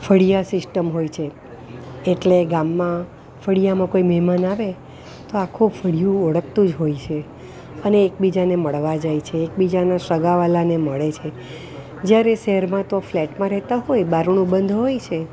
ફળિયા system હોય છે એટલે ગામમાં ફળિયામાં કોઈ મહેમાન આવે તો આખું ફળિયું ઓળખતું જ હોય છે અને એકબીજાને મળવા જાય છે એકબીજાને એકબીજાના સગા વહાલાને મળે છે જ્યારે શહેરમાં તો ફ્લેટમાં રહેતા હોય બારણું બંદ હોય છે